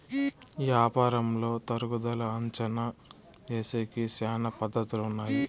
యాపారంలో తరుగుదల అంచనా ఏసేకి శ్యానా పద్ధతులు ఉన్నాయి